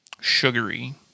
Sugary